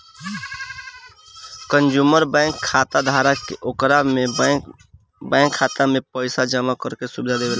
consumer bank खाताधारक के ओकरा बैंक खाता में पइसा जामा करे के सुविधा देला